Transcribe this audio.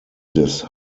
des